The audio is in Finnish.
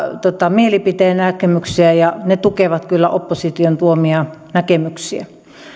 mielipidenäkemyksiä ja ne tukevat kyllä opposition tuomia näkemyksiä